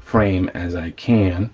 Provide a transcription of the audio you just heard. frame as i can.